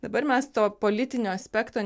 dabar mes to politinio aspekto